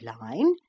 line